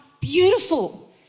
beautiful